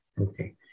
Okay